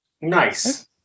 Nice